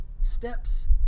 Steps